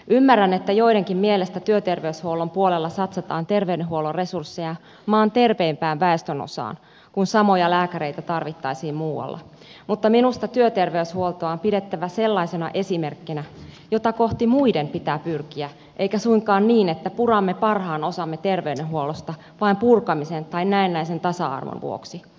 ymmärrän että joidenkin mielestä työterveyshuollon puolella satsataan terveydenhuollon resursseja maan terveimpään väestönosaan kun samoja lääkäreitä tarvittaisiin muualla mutta minusta työterveyshuoltoa on pidettävä sellaisena esimerkkinä jota kohti muiden pitää pyrkiä eikä suinkaan niin että puramme parhaan osan terveydenhuollostamme vain purkamisen tai näennäisen tasa arvon vuoksi